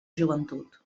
joventut